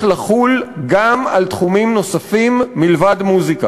לחול גם על תחומים נוספים מלבד מוזיקה,